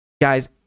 Guys